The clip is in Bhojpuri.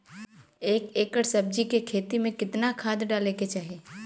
एक एकड़ सब्जी के खेती में कितना खाद डाले के चाही?